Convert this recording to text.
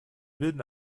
bilden